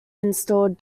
installed